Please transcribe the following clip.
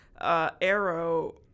Arrow